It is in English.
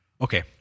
Okay